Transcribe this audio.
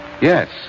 Yes